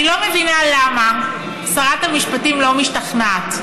אני לא מבינה למה שרת המשפטים לא משתכנעת.